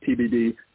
TBD